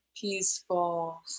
peaceful